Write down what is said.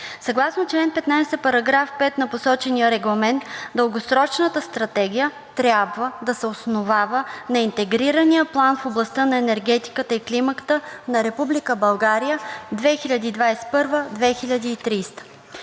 Съгласно чл. 15, § 5 на посочения регламент Дългосрочната стратегия трябва да се основава на Интегрирания план в областта на енергетиката и климата на Република